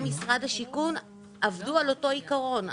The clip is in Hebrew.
משרד השיכון עבדו על אותו עיקרון.